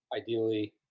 ideally